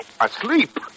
Asleep